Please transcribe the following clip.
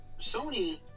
Sony